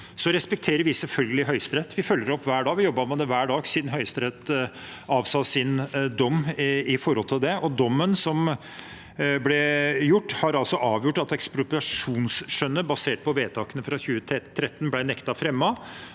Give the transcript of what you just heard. Vi respekterer selvfølgelig Høyesterett. Vi følger det opp hver dag. Vi har jobbet med det hver dag siden Høyesterett avsa sin dom knyttet til det, og dommen som ble avsagt, har altså avgjort at ekspropriasjonsskjønnet basert på vedtakene fra 2013 ble nektet fremmet.